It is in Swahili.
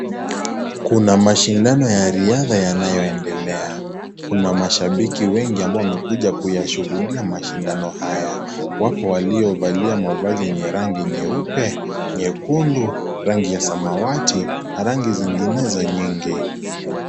Kuna mashindano ya riadha yanayoendelea, kuna mashabiki wengi ambao wamekuja kuyashuhudia mashindano haya, wako waliovalia mavazi yenye rangi nyeupe nyekundu, rangi ya samawati na rangi zinginezo nyingi.